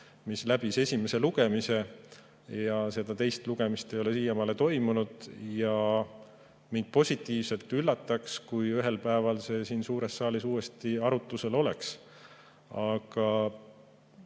See läbis esimese lugemise, aga teist lugemist ei ole siiamaani toimunud ja mind positiivselt üllataks, kui ühel päeval see siin suures saalis uuesti arutusel oleks.